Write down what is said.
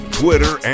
twitter